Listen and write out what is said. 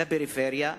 לפריפריה,